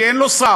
כי אין לו שר,